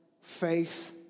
Faith